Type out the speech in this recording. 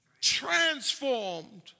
Transformed